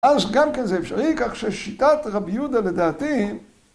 ‫אז גם כן זה אפשרי, ‫כך ששיטת רבי יהודה לדעתי...